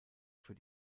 für